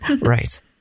Right